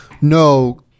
no